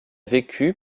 vécu